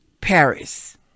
paris